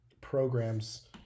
programs